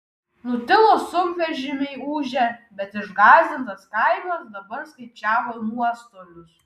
nutilo sunkvežimiai ūžę bet išgąsdintas kaimas dabar skaičiavo nuostolius